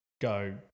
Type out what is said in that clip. go